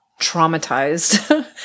traumatized